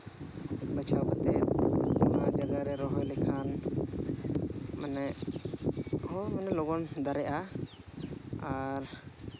ᱵᱟᱪᱷᱟᱣ ᱠᱟᱛᱮ ᱵᱟᱨ ᱡᱟᱭᱜᱟ ᱨᱮ ᱨᱚᱦᱚᱭ ᱞᱮᱠᱷᱟᱱ ᱢᱟᱱᱮ ᱦᱚᱸ ᱞᱚᱜᱚᱱ ᱫᱟᱨᱮᱜᱼᱟ ᱟᱨ